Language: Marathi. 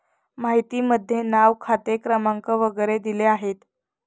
माहितीमध्ये नाव खाते क्रमांक वगैरे दिले आहेत